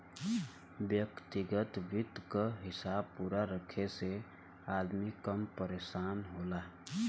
व्यग्तिगत वित्त क हिसाब पूरा रखे से अदमी कम परेसान होला